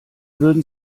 würden